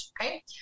Okay